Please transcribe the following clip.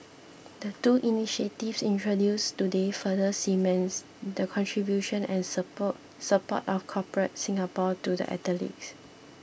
the two initiatives introduced today further cements the contribution and support support of Corporate Singapore to the athletes